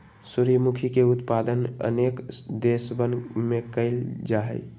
सूर्यमुखी के उत्पादन अनेक देशवन में कइल जाहई